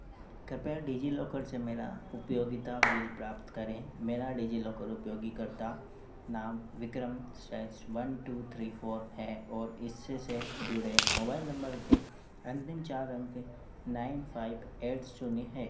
कृपया डिजीलॉकर से मेरा उपयोगिता बिल प्राप्त करें मेरा डिजीलॉकर उपयोगीकर्ता नाम Vikram slash one two three four है और इससे जुड़े मोबाइल नम्बर के अन्तिम चार अंक नाइन फाइब एट शून्य है